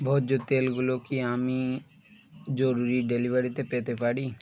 ভোজ্য তেলগুলো কি আমি জরুরি ডেলিভারিতে পেতে পারি